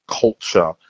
culture